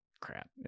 crap